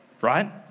right